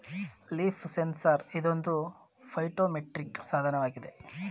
leaf sensor ಇದೊಂದು phytometric ಸಾಧನವಾಗಿದೆ